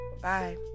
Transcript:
Bye